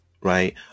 Right